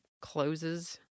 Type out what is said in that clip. closes